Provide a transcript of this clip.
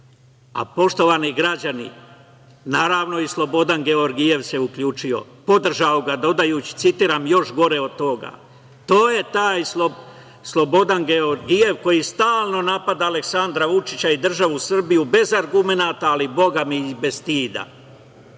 citat. Poštovani građani, naravno i Slobodan Georgijev se uključio, podržao ga dodajući, citiram – još gore od toga. To je taj Slobodan Georgijev koji stalno napada Aleksandra Vučića i državu Srbiju bez argumenata, ali bogami i bez